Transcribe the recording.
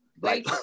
Right